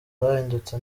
zahindutse